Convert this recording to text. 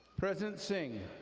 president singh,